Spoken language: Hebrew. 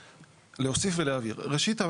ראשית,